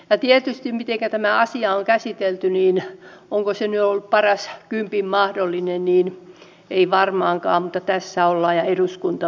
ja tietysti onko se mitenkä tämä asia on käsitelty nyt ollut paras mahdollinen kympin suoritus ei varmaankaan mutta tässä ollaan ja eduskunta päättää tästä